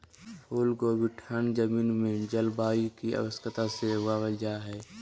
फूल कोबी ठंड जमीन में जलवायु की आवश्यकता से उगाबल जा हइ